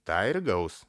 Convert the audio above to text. tą ir gaus